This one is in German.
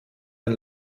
ein